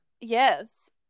Yes